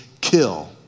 kill